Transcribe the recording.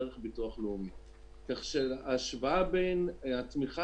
דרך ביטוח לאומי; כך שההשוואה בין התמיכה